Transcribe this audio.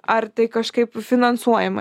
ar tai kažkaip finansuojama